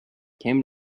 came